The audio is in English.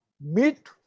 meet